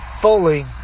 fully